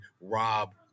Rob